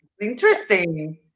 Interesting